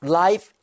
life